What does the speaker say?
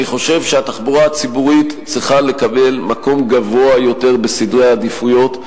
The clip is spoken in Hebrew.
אני חושב שהתחבורה הציבורית צריכה לקבל מקום גבוה יותר בסדרי העדיפויות.